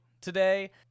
today